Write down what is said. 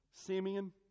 Simeon